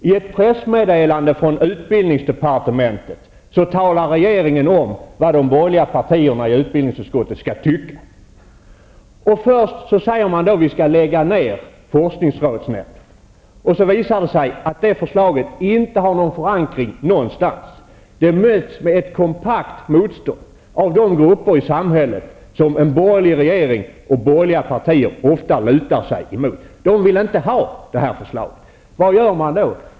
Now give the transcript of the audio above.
I ett pressmeddelande från utbildningsdepartementet talar regeringen om vad de borgerliga partierna i utbildningsutskottet skall tycka. Först sägs att forskningsrådsnämnden skall läggas ned. Sedan visar det sig att det inte finns någon förankring för förslaget. Det möts med ett kompakt motstånd av de grupper i samhället som en borgerlig regering och borgerliga partier ofta lutar sig mot. De vill inte ha förslaget. Vad gör man då?